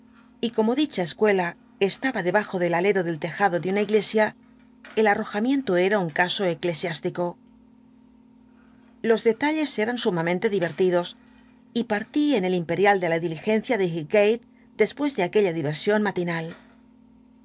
y como dicha escuela estaba debajo del alero del tejado de una iglesia el al'l'ojamiento era un caso eclesiástico los detalles eran sumamente ial de la diligencia de divertidos y partí en el imperial de la diligencia de viga después de aquella diversion matinal